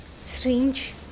strange